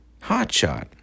hotshot